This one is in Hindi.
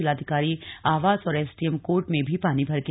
जिलाधिकारी आवास और एसडीएम कोर्ट में भी पानी भर गया